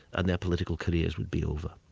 and their political careers would be over.